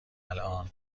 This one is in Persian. الان